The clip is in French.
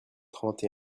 trente